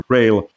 Rail –